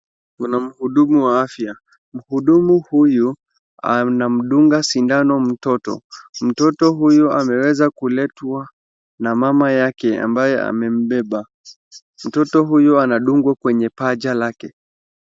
Kuna mhudumu wa afya, mhudumu huyu anamdunga sindano mtoto, mtoto huyu amewezaa kuletwa na mama yake ambaye amembeba ,mtoto huyu anadungwa kwenye paja lake.